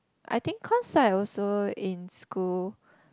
I think cause like also in school